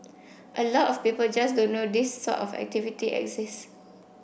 a lot of people just don't know this sort of activity exists